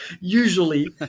Usually